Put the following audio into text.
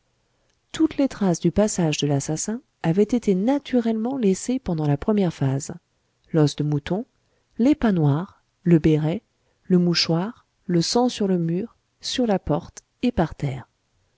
toutes les traces du passage de l'assassin avaient été naturellement laissées pendant la première phase l'os de mouton les pas noirs le béret le mouchoir le sang sur le mur sur la porte et par terre